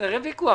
אין ויכוח.